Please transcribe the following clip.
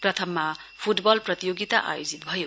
प्रथममा फुटबल प्रतियोगिता आयोजित भयो